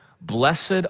blessed